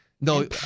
No